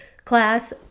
Class